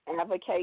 advocate